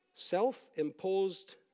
Self-imposed